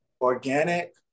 organic